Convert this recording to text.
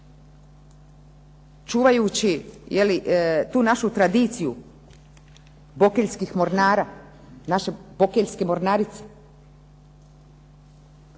čuvajući tu našu tradiciju bokeljskih mornara, naše bokeljske mornarice.